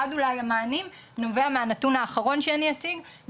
אחד אולי המענים נובע מהנתון האחרון שאני אציג,